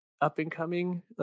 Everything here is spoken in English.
up-and-coming